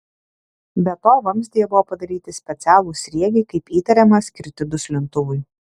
be to vamzdyje buvo padaryti specialūs sriegiai kaip įtariama skirti duslintuvui